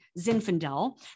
Zinfandel